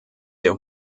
der